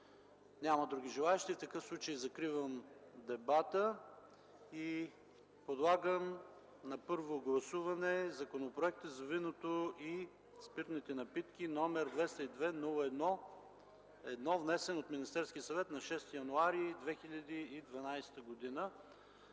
Няма други желаещи. В такъв случай закривам дебата и подлагам на първо гласуване Законопроект за виното и спиртните напитки, № 202-01-1, внесен от Министерския съвет на 6 януари 2012 г.